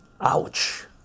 Ouch